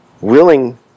Willing